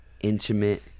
intimate